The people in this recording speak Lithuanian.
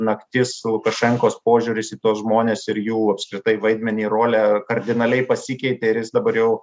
naktis lukašenkos požiūris į tuos žmones ir jų apskritai vaidmenį rolę kardinaliai pasikeitė ir jis dabar jau